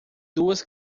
duas